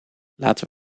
laten